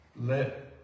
let